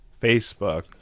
Facebook